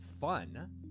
fun